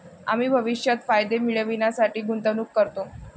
आम्ही भविष्यात फायदे मिळविण्यासाठी गुंतवणूक करतो